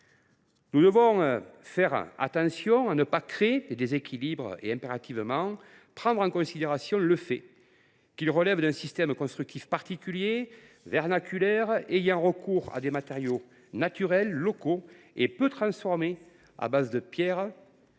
Nous devons veiller à ne pas créer de déséquilibres et prendre impérativement en considération le fait qu’il relève d’un système constructif particulier, vernaculaire, ayant recours à des matériaux naturels locaux et peu transformés, à base de pierres,